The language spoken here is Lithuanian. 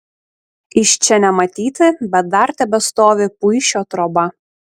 iš čia nematyti bet dar tebestovi puišio troba